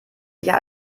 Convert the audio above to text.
jahr